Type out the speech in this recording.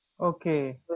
Okay